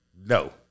No